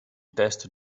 testo